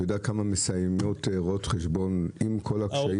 אתה יודע כמה מסיימות רואות חשבון עם כל הקשיים?